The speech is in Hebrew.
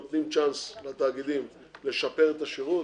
נותנים צ'אנס לתאגידים לשפר את השירות